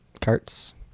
carts